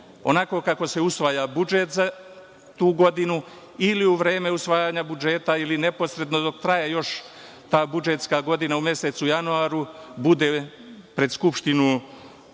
onako kako se usvaja budžet za tu godinu, ili u vreme usvajanja budžeta ili neposredno, dok traje još ta budžetska godina u mesecu januaru, bude pred Skupštinu